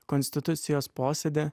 konstitucijos posėdį